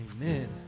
amen